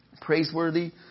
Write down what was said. praiseworthy